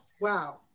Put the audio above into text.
Wow